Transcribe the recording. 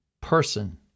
person